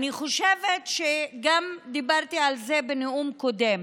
אני חושבת שגם דיברתי על זה בנאום קודם: